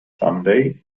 someday